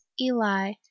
eli